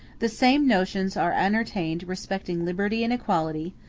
the same notions are entertained respecting liberty and equality,